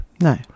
No